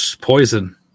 Poison